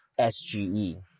SGE